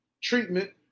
treatment